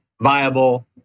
viable